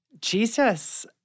Jesus